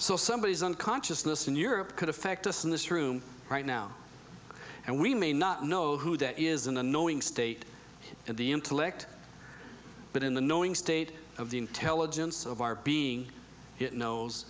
so somebody is unconsciousness in europe could affect us in this room right now and we may not know who that is an annoying state of the intellect but in the knowing state of the intelligence of our being it knows